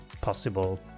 possible